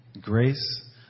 grace